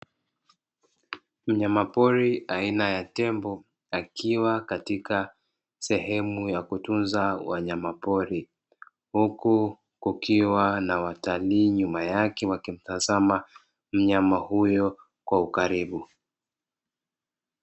Mnyama pori aina ya tembo akiwa katika sehemu ya kutunza wanyama pori, huku kukiwa na watalii nyuma yake wakimtazama mnyama huyo kwa ukaribu.